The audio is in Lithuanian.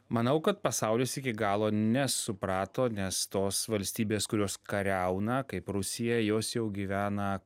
manau kad pasaulis iki galo nesuprato nes tos valstybės kurios kariauna kaip rusija jos jau gyvena